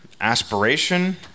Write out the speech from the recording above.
aspiration